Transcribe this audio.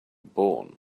born